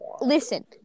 listen